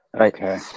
Okay